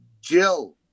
Jill